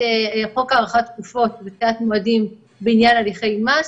חוק הארכת תקופות ודחיית מועדים בעניין הליכי מס.